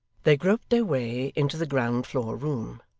they groped their way into the ground-floor room.